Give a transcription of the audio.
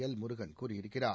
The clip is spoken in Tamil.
எல்முருகன் கூறியிருக்கிறார்